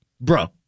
Bro